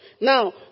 Now